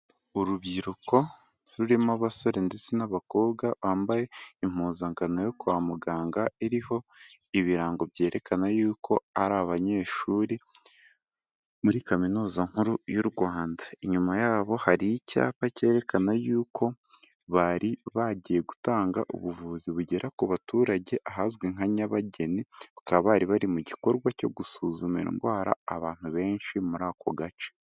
Urubyiruko rurimo abasore ndetse n'abakobwa bambaye impuzankano yo kwa muganga iriho ibirango byerekana yuko ari abanyeshuri muri kaminuza nkuru y'u Rwanda. Inyuma yabo hari icyapa cyerekana yuko bari bagiye gutanga ubuvuzi bugera ku baturage ahazwi nka Nyabageni, bakaba bari bari mu gikorwa cyo gusuzuma indwara abantu benshi muri ako gace.